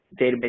Database